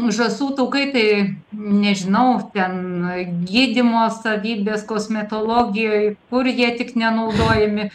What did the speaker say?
žąsų taukai tai nežinau ten gydymo savybės kosmetologijoj kur jie tik nenaudojami